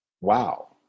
wow